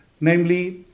namely